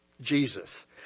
Jesus